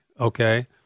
okay